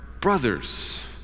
brothers